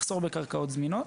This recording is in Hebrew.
מחסור בקרקעות זמינות.